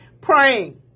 Praying